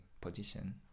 position